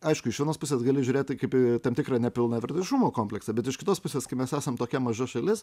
aišku iš vienos pusės gali žiūrėti tai kaip į tam tikrą nepilnavertiškumo kompleksą bet iš kitos pusės kai mes esam tokia maža šalis